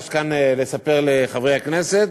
ביקשת כאן לספר לחברי הכנסת,